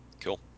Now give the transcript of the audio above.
Cool